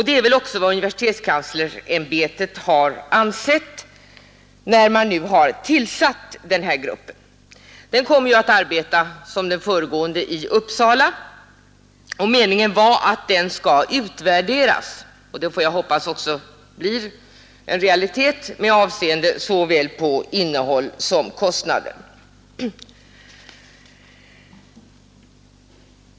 Det är väl också vad universitetskanslersämbetet avsett när man nu har tillsatt denna grupp. Den kommer att arbeta som den föregående i Uppsala, och meningen var att dess resultat skulle utvärderas. Det får jag hoppas också blir en realitet med avseende såväl på innehåll som kostnader.